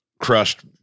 crushed